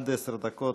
עד עשר דקות,